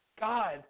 God